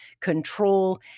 control